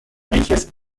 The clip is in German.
welches